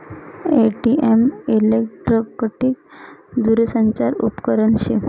ATM electric दूरसंचार उपकरन शे